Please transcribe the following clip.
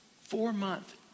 four-month